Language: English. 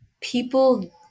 people